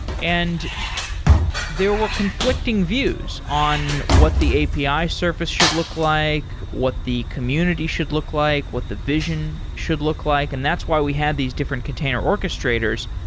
and there were conflicting views on what the api surface should look like, what the community should look like, what the vision should look like, and that's why we had these different container orchestrators.